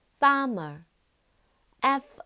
，farmer，f